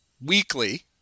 weekly